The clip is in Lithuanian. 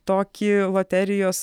tokį loterijos